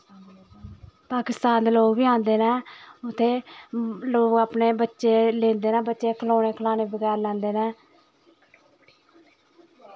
पाकिस्तान दे लोग बी औंदे न उत्थै लोग अपने बच्चे लैंदे न बच्चे खलौने खलाने बगैरा लैंदे न